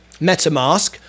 MetaMask